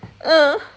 ah